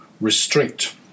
restrict